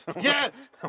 Yes